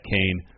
Kane